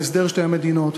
להסדר שתי המדינות,